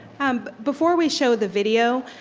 um before we show the video,